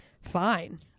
fine